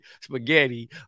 spaghetti